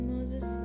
Moses